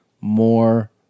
more